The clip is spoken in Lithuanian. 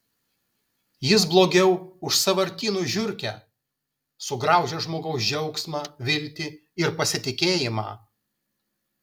jis blogiau už sąvartynų žiurkę sugraužia žmogaus džiaugsmą viltį ir pasitikėjimą